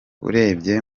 urebye